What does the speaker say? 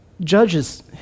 judges